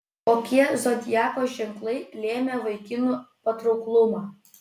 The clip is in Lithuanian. kokie zodiako ženklai lėmė vaikinų patrauklumą